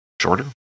Shorter